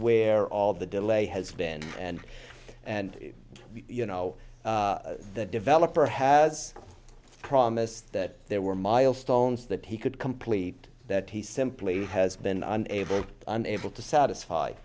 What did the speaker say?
where all the delay has been and and you know the developer has promised that there were milestones that he could complete that he simply has been able unable to satisfy